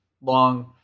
long